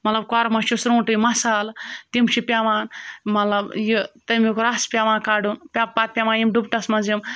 مطلب کوٚرمَس چھِ سرٛوٗنٛٹُے مَصالہٕ تِم چھِ پیٚوان مطلب یہِ تَمیُک رَس پیٚوان کَڑُن پَ پَتہٕ پیٚوان یِم ڈُپٹَس منٛز یِم